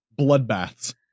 Bloodbaths